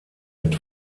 mit